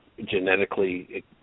Genetically